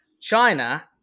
China